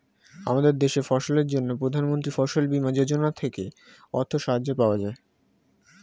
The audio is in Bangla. আমাদের দেশে ফসলের জন্য প্রধানমন্ত্রী ফসল বীমা যোজনা থেকে অর্থ সাহায্য পাওয়া যায়